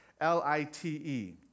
L-I-T-E